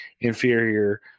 inferior